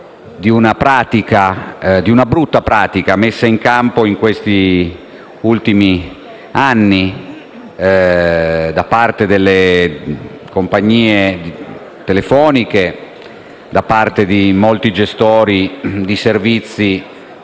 di una brutta pratica, messa in campo negli ultimi anni da parte delle compagnie telefoniche e di molti gestori di servizi